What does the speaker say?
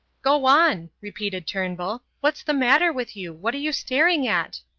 go on, repeated turnbull what's the matter with you? what are you staring at?